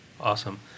Awesome